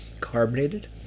carbonated